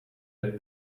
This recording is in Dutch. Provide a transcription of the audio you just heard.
het